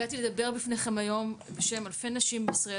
הגעתי לדבר בפניכם היום בשם אלפי נשים בישראל